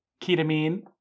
ketamine